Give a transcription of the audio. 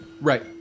Right